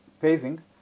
paving